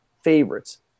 favorites